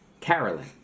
Carolyn